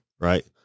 right